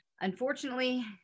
unfortunately